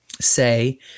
say